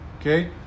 okay